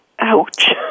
Ouch